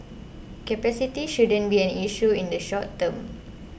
capacity shouldn't be an issue in the short term